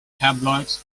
tabloids